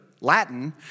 Latin